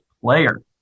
player